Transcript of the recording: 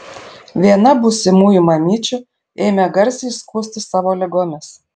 viena būsimųjų mamyčių ėmė garsiai skųstis savo ligomis